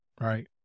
Right